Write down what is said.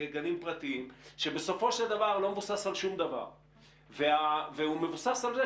מדובר במספרים שבסופו של דבר לא מבוססים על